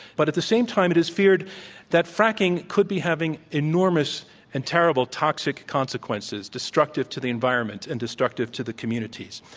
but at the same time, it is feared that fracking could be having enormous and terrible toxic consequences, destructive to the environment and destructive to the communities.